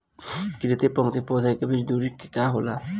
प्रति पंक्ति पौधे के बीच के दुरी का होला?